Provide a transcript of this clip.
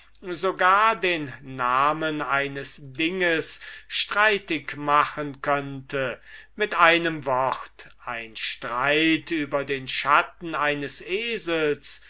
sogar den namen eines dinges streitig machen könnte mit einem wort ein streit über den schatten eines esels